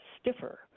stiffer